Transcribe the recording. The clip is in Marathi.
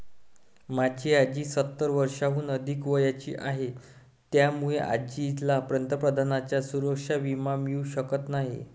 माझी आजी सत्तर वर्षांहून अधिक वयाची आहे, त्यामुळे आजीला पंतप्रधानांचा सुरक्षा विमा मिळू शकत नाही